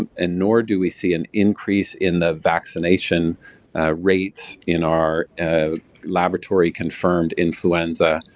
um and nor do we see an increase in the vaccination rates in our laboratory-confirmed influenza,